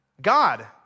God